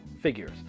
figures